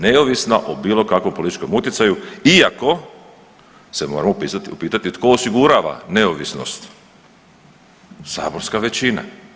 Neovisna o bilo kakvom političkom utjecaju iako se moramo upitati tko osigurava neovisnost, saborska većina.